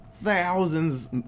Thousands